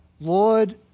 Lord